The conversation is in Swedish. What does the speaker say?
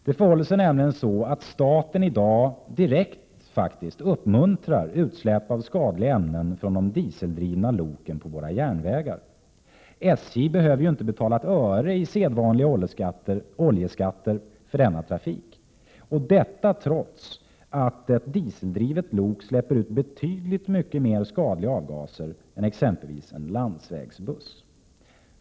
Det förhåller sig nämligen så att staten i dag direkt uppmuntrar utsläpp av skadliga ämnen från de dieseldrivna loken på våra järnvägar. SJ behöver ju inte betala ett öre i sedvanliga oljeskatter för denna trafik — detta trots att ett dieseldrivet lok släpper ut betydligt mer skadliga avgaser än exempelvis en landsvägsbuss.